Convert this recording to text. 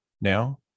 now